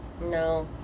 No